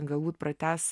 galbūt pratęs